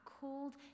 called